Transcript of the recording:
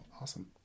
Awesome